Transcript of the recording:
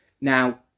Now